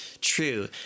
true